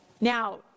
Now